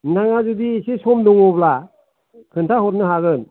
नोंथाङा जुदि एसे सम दङब्ला खोन्था हरनो हागोन